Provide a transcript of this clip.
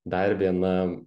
dar viena